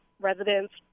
residents